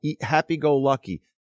happy-go-lucky